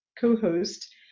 co-host